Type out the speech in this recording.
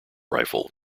rifle